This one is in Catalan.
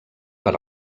per